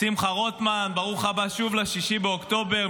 שמחה רוטמן, ברוך הבא שוב ל-6 באוקטובר.